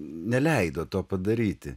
neleido to padaryti